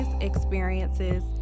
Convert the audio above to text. experiences